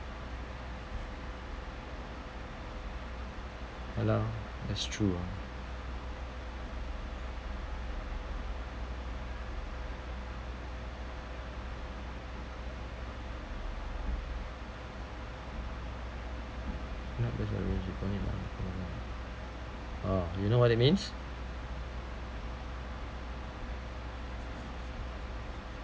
ya lah that's true ah orh you know what it means